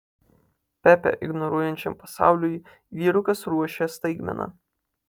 pepę ignoruojančiam pasauliui vyrukas ruošia staigmena